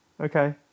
okay